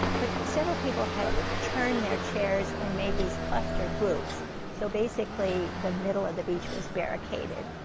but several people had turned their chairs and made these cluster groups so basically, the middle of the beach was barricaded.